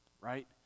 right